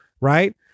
Right